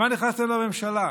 למה נכנסתם לממשלה?